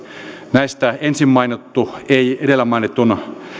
näistä ensin mainittu ei edellä mainitun